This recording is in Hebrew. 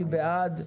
אני בעד.